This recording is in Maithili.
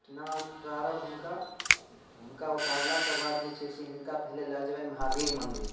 पटना उतारब हुनका हुनका उतारलाके बाद जे छै से हिनका पहिले लऽ जेबनि महावीर मन्दिर